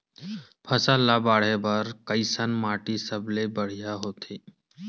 फसल ला बाढ़े बर कैसन माटी सबले बढ़िया होथे?